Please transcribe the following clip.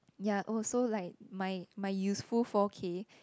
ya also like my my useful four care